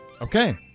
Okay